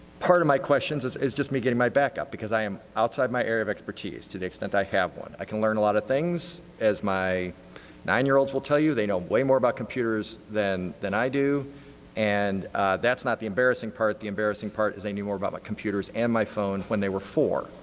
part of my question is is just me getting my backup because i'm outside my area of expertise to the extent i have one. i can learn a lot of things. as my nine-year-old will tell you they know way more about computers than than i do and that's not the embarrassing part. the embarrassing part is they knew more about my computers and my phone when they were for.